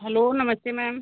hello नमस्ते ma'am